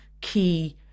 key